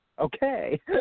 okay